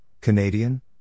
Canadian